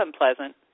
unpleasant